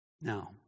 Now